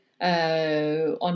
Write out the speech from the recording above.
on